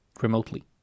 remotely